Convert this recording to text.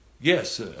Yes